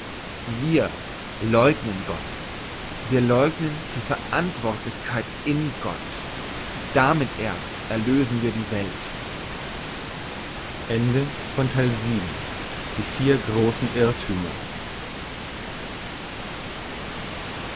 wir leugnen gott wir leugnen die verantwortlichkeit in gott damit erst erlösen wir die welt